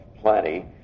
plenty